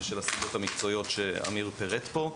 בשל הסיבות המקצועיות שעמיר פרט פה.